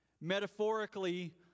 Metaphorically